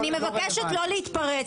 אני מבקשת לא להתפרץ.